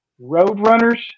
Roadrunners